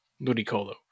Ludicolo